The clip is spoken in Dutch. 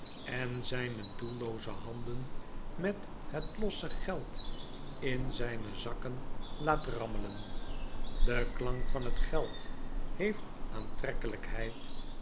en zijne doellooze handen met het losse geld in zijne zakken laat rammelen de klank van het geld heeft